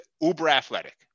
uber-athletic